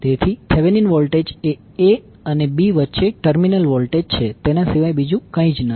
તેથી Thevenin voltage એ a અને b વચ્ચે ટર્મિનલ વોલ્ટેજ છે તેના સિવાય બીજું કંઈ નથી